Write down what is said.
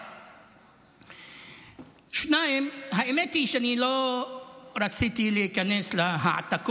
1. 2. האמת היא שאני לא רציתי להיכנס להעתקות,